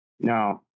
No